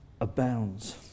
abounds